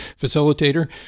facilitator